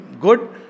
Good